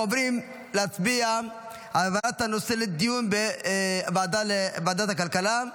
אנחנו עוברים להצביע על העברת הנושא לדיון בוועדת הכלכלה.